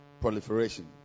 proliferation